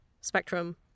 spectrum